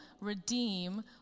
redeem